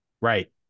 Right